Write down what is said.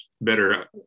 better